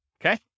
Okay